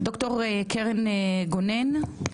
לד"ר קרן גונן, בבקשה.